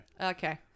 Okay